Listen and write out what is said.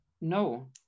no